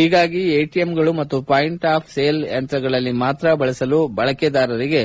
ಹೀಗಾಗಿ ಎಟಿಎಂಗಳು ಮತ್ತು ಪಾಯಿಂಟ್ ಆಫ್ ಸೇಲ್ ಯಂತ್ರಗಳಲ್ಲಿ ಮಾತ್ರ ಬಳಸಲು ಬಳಕೆದಾರರಿಗೆ